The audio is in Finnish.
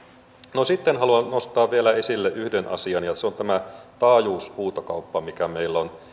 no sitten haluan nostaa vielä esille yhden asian ja se on tämä taajuushuutokauppa mikä meillä on